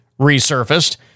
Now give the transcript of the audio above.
resurfaced